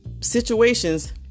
situations